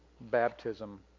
Baptism